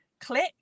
click